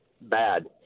bad